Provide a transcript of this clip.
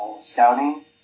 scouting